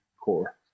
core